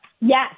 yes